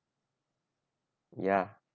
yeah